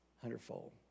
hundredfold